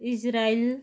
Israel